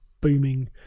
booming